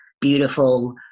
beautiful